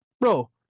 Bro